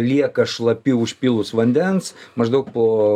lieka šlapi užpylus vandens maždaug po